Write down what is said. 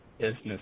business